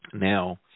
Now